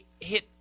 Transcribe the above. hit